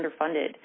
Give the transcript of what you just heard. underfunded